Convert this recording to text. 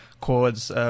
chords